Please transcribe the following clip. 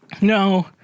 No